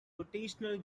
rotational